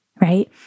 right